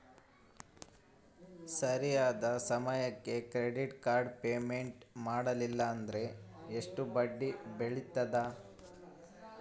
ಸರಿಯಾದ ಸಮಯಕ್ಕೆ credit card payment ಮಾಡಲಿಲ್ಲ ಅಂದ್ರೆ ಎಷ್ಟು ಬಡ್ಡಿ ಬೇಳ್ತದ?